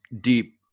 deep